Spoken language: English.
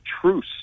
truce